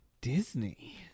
Disney